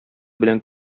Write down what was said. белән